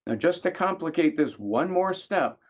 and just to complicate this one more step,